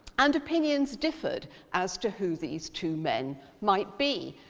and opinions differed as to who these two men might be.